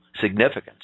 significance